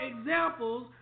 examples